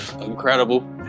incredible